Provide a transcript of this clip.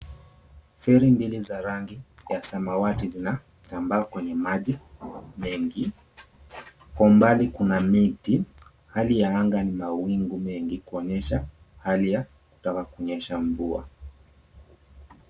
Feri mbili za rangi ya samawati zinatambaa kwenye maji mengi. Kwa umbali kuna miti. Hali ya anga ni mawingu mengi kuonyesha hali ya kutaka kunyesha mvua.